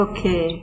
Okay